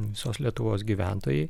visos lietuvos gyventojai